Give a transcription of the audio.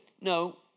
No